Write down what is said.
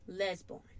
Lesborn